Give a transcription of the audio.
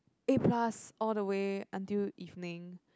A plus all the way until evening